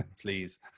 please